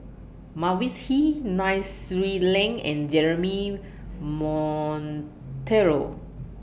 Mavis Hee Nai Swee Leng and Jeremy Monteiro